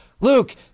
Luke